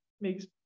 makes